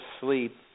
sleep